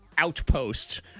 Outpost